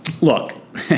look